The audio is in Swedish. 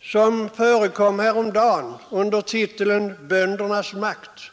som förekom häromdagen under titeln ”Böndernas makt”.